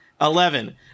Eleven